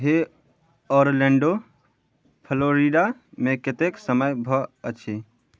हे ऑरलैंडो फ्लोरिडामे कतेक समय भऽ अछि